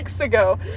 ago